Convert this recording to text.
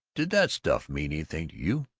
did that stuff mean anything to you?